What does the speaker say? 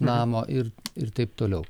namo ir irtaip toliau